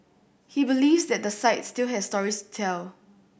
he believes that the site still has stories tell